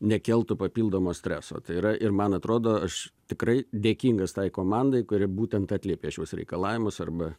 nekeltų papildomo streso tai yra ir man atrodo aš tikrai dėkingas tai komandai kuri būtent atliepė šiuos reikalavimus arba